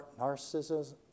narcissism